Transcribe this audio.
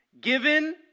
given